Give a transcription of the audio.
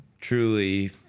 truly